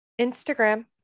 Instagram